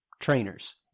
trainers